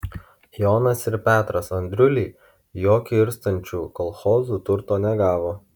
jonas ir petras andriuliai jokio irstančių kolchozų turto negavo